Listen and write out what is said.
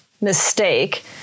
mistake